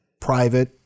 private